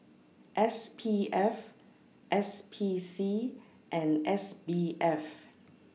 S P F S P C and S B F